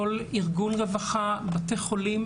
כל ארגון רווחה ובתי חולים,